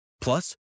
Plus